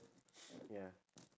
ya